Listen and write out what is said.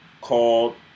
called